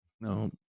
No